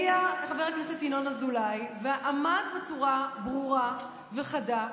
ולכן הגיע חבר הכנסת ינון אזולאי ועמד בצורה ברורה וחדה,